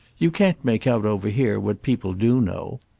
you can't make out over here what people do know.